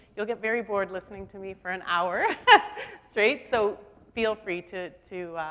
you'll get very bored listening to me for an hour straight, so feel free to, to,